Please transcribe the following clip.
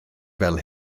fel